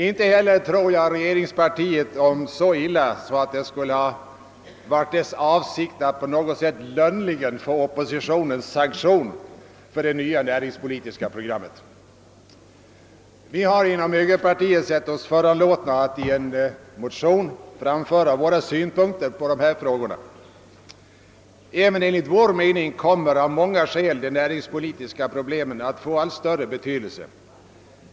Inte heller tror jag så illa om regeringspartiet, att det varit dess avsikt att på något sätt lönnligen få oppositionens sanktion för det nya näringspolitiska programmet. Vi har inom högerpartiet sett oss föranlåtna att i en motion framföra våra synpunkter på dessa frågor. Även enligt vår mening kommer av många skäl de näringspolitiska problemen att få allt större betydelse.